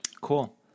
Cool